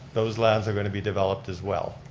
those lands are going to be developed as well,